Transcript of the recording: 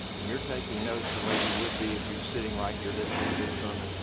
and you're taking notes the way you would be if you were sitting right here listening to this sermon,